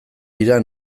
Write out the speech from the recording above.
dira